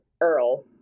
Earl